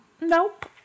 Nope